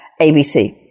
ABC